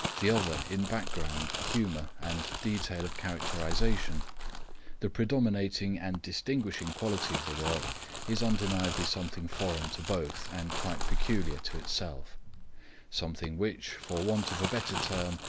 the other in background, humour, and detail of characterisation the predominating and distinguishing quality of the work is undeniably something foreign to both and quite peculiar to itself something which, for want of a better term,